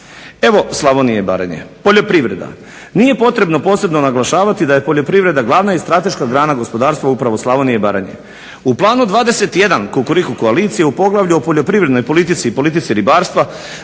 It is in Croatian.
Evo Slavonije i Baranje, poljoprivreda. Nije potrebo posebno naglašavati da je poljoprivreda glavna i strateška grana gospodarstva upravo u Slavoniji i Baranji. U planu 21 Kukuriku koalicije u poglavlju o poljoprivrednoj politici i politici ribarstva